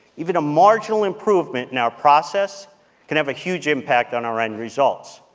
even a marginal improvement in our process can have a huge impact on our end results.